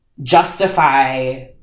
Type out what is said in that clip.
justify